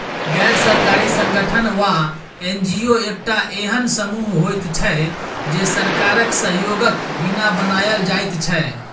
गैर सरकारी संगठन वा एन.जी.ओ एकटा एहेन समूह होइत छै जे सरकारक सहयोगक बिना बनायल जाइत छै